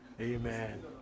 Amen